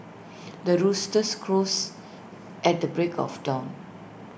the roosters crows at the break of dawn